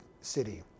city